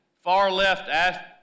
far-left